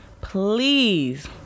please